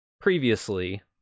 previously